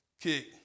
kick